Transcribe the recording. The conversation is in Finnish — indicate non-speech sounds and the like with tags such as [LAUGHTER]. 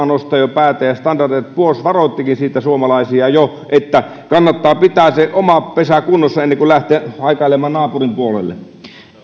[UNINTELLIGIBLE] nostaa jo päätä standard poors varoittikin jo suomalaisia siitä että kannattaa pitää se oma pesä kunnossa ennen kuin lähtee haikailemaan naapurin puolelle